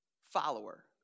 follower